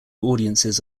audiences